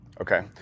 okay